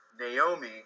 Naomi